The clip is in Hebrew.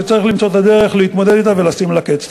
שצריך למצוא את הדרך להתמודד אתה ולשים לה קץ.